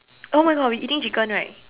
oh my god we eating chicken right